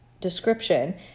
description